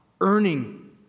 earning